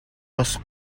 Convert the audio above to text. бас